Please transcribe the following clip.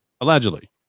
Allegedly